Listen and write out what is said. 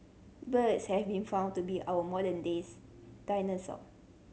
birds have been found to be our modern days dinosaur